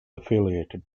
affiliated